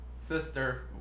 Sister